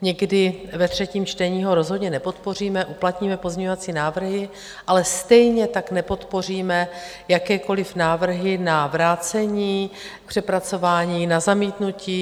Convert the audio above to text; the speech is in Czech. Někdy ve třetím čtení ho rozhodně nepodpoříme, uplatníme pozměňovací návrhy, ale stejně tak nepodpoříme jakékoliv návrhy na vrácení k přepracování, na zamítnutí.